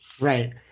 Right